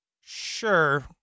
Sure